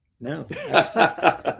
No